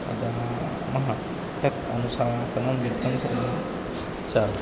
अतः मम तत् अनुशासनं वित्तं च